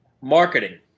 Marketing